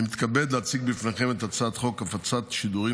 אני מתכבד להציג בפניכם את הצעת חוק הפצת שידורים